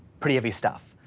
pretty heavy stuff.